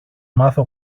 μάθω